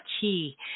key